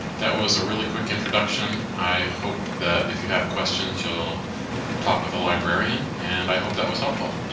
that was a really quick introduction. i hope that if you have questions you'll talk with a librarian and i hope that was helpful.